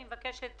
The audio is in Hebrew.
אני מבקשת